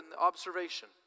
observation